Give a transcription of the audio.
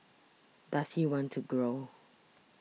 does he want to grow